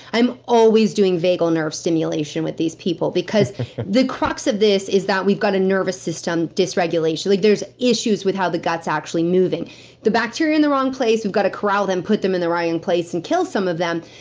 i'm always doing vagal nerve stimulation with these people, because the crux of this is that we've got a nervous system dysregulation. like there's issues with how the gut's actually moving the bacteria in the wrong place, we've gotta corral them, put them in the right place and kill some of them.